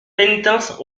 pénitences